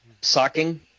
sucking